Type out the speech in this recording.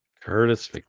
Curtis